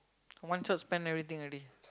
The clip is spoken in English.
one shot spend everything already